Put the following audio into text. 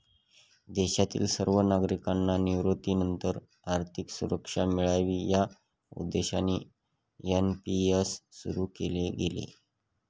देशातील सर्व नागरिकांना निवृत्तीनंतर आर्थिक सुरक्षा मिळावी या उद्देशाने एन.पी.एस सुरु केले गेले